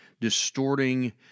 distorting